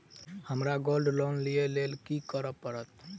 हमरा gold loan लिय केँ लेल की करऽ पड़त?